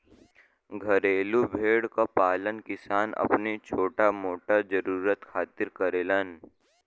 घरेलू भेड़ क पालन किसान अपनी छोटा मोटा जरुरत खातिर करेलन